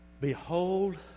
Behold